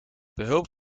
behulp